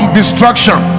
destruction